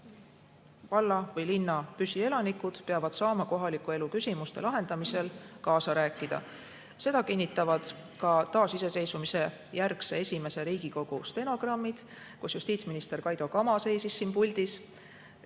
valla või linna püsielanikud peavad saama kohaliku elu küsimuste lahendamisel kaasa rääkida. Seda kinnitavad ka taasiseseisvumise järgse esimese Riigikogu stenogrammid, kui justiitsminister Kaido Kama seisis siin puldis,